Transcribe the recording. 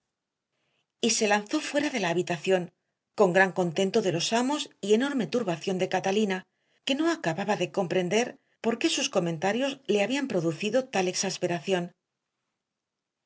se lanzó fuera de la habitación con gran contento de los amos y enorme turbación de catalina que no acababa de comprender por qué sus comentarios le habían producido tal exasperación